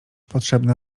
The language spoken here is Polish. potrzebna